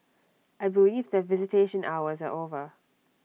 I believe that visitation hours are over